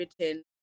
written